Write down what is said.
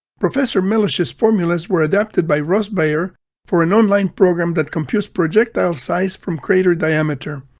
professor melosh's formulas were adapted by ross beyer for an online program that computes projectile size from crater diameter.